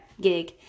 gig